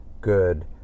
good